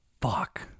Fuck